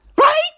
Right